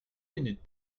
minutes